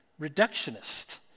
reductionist